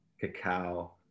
cacao